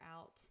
out